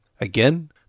Again